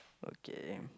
okay